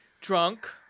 drunk